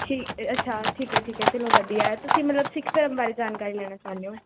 ਠੀਕ ਅ ਅੱਛਾ ਠੀਕ ਹੈ ਠੀਕ ਹੈ ਚਲੋ ਵਧੀਆ ਤੁਸੀਂ ਮਤਲਬ ਸਿੱਖ ਧਰਮ ਬਾਰੇ ਜਾਣਕਾਰੀ ਲੈਣਾ ਚਾਹੁੰਦੇ ਹੋ